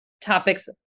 topics